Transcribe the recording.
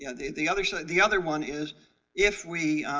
yeah, the the other side. the other one is if we.